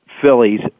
Phillies